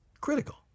critical